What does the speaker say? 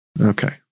Okay